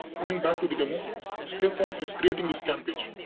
coming back to the demo step one is creating this scampage.